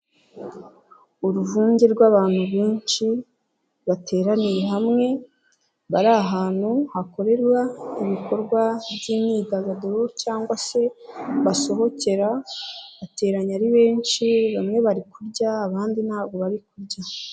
Uruvunge rw'abantu benshi bateraniye hamwe, bari ahantu hakorerwa ibikorwa by'imyidagaduro, cyangwa se basohokera bateranye ari benshi, bamwe bari kurya, abandi ntabwo bari kurya.